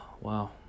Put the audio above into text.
wow